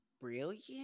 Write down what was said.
brilliant